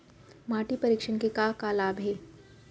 माटी परीक्षण के का का लाभ हे?